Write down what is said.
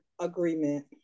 agreement